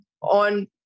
on